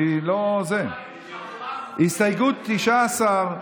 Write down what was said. הסתייגות 19,